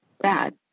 bad